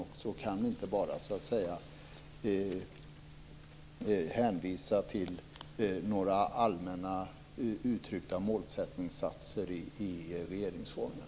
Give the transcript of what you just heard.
Vi kan inte bara hänvisa till några allmänt uttryckta målsättningssatser i regeringsformen.